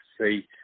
see